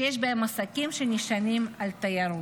שיש בהם עסקים שנשענים על תיירות.